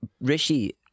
rishi